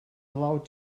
allowed